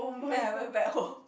then I went back home